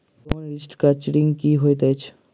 Loan restructuring की होइत अछि?